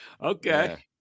Okay